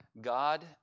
God